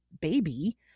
baby